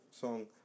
song